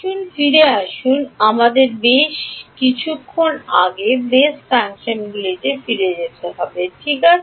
আসুন ফিরে আসুন আমাদের বেশ কিছুক্ষণ আগে বেস ফাংশনগুলিতে ফিরে যেতে হবে ঠিক আছে